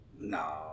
No